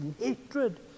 hatred